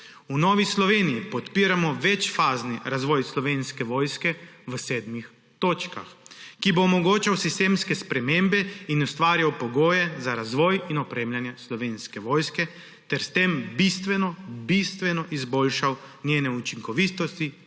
V Novi Sloveniji podpiramo večfazni razvoj Slovenske vojske v sedmih točkah, ki bo omogočal sistemske spremembe in ustvarjal pogoje za razvoj in opremljanje Slovenske vojske ter s tem bistveno izboljšal njene učinkovitosti